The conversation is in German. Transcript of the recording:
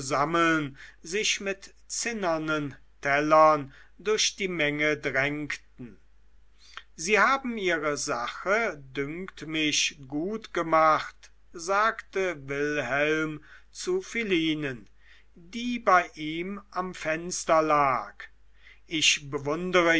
sammeln sich mit zinnernen tellern durch die menge drängten sie haben ihre sache dünkt mich gut gemacht sagte wilhelm zu philinen die bei ihm am fenster lag ich bewundere